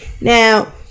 Now